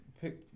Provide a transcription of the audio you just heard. pick